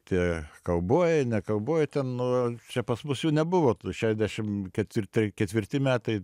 tie kaubojai ne kaubojai ten nu čia pas mus jų nebuvo tų šešiasdešimt ketvirti ketvirti metai